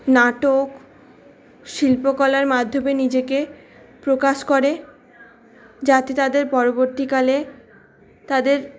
নাটক শিল্পকলার মাধ্যমে নিজেকে প্রকাশ করে যাতে তাদের পরবর্তীকালে তাদের